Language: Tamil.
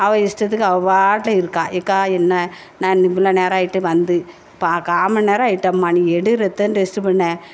அவள் இஷ்டத்துக்கு அவப்பாட்டில் இருக்கா அக்கா என்ன நான் இவ்எளோ நேரம் ஆகிட்டு வந்து ப கால் மணி நேரமாயிட்டும்மா நீ எடு ரத்தம் டெஸ்ட்டு பண்ண